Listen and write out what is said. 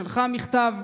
שלחה מכתב,